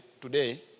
today